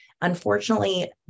Unfortunately